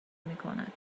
میکند